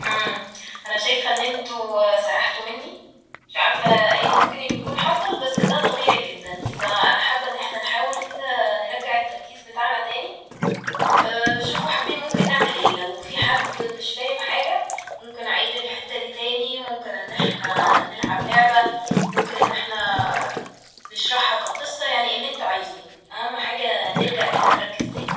امم أنا شايفه إن انتو سرحتوا مني ، مش عارفه ايه ممكن إنه يكون حصل بس ده طبيعي جدا ف أنا حابه إن احنا نحاول كده نرجع التركيز بتاعنا تاني شوفوا حابين ممكن نعمل ايه! لو في حد مش فاهم حاجة ممكن أعيد الحتة دي تاني ممكن ان احنا نلعب لعبة ممكن ان احنا نشرحها كقصة ، يعني اللي انتو عايزينه أهم حاجة نرجع كده نركز تاني